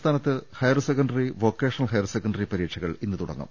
സംസ്ഥാനത്ത് higher secondary vocational higher secondary പരീക്ഷകൾ ഇന്ന് തുടങ്ങും